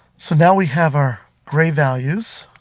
so now we have our gray values,